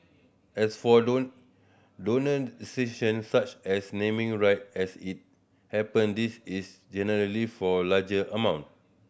as for donor such as naming right as it happen this is generally for larger amount